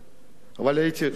אבל הייתי שלם עם זה.